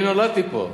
אני נולדתי פה.